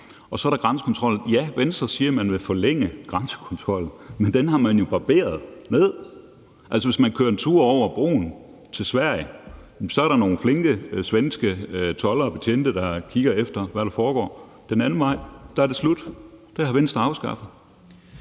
Så er der grænsekontrollen. Venstre siger, at man vil forlænge grænsekontrollen, men den har man jo barberet ned. Hvis man kører en tur over broen til Sverige, møder man nogle flinke svenske toldere og betjente, der kigger efter, hvad der foregår. Den anden vej er det slut med det. Det har Venstre afskaffet.